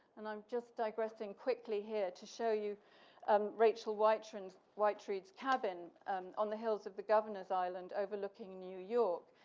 and i'm just digressing quickly here to show you um rachel whiteread's whiteread's cabin on the hills of the governor's island overlooking new york,